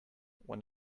when